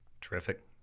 Terrific